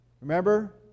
Remember